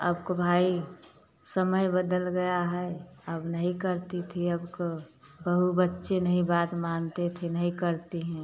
अब का भाई समय बदल गया है अब नहीं करती थी अब काे बहू बच्चे नहीं बात मानते थे नहीं करती हैं